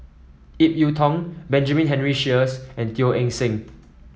Ip Yiu Tung Benjamin Henry Sheares and Teo Eng Seng